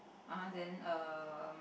(uh huh) then um